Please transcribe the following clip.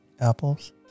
Apples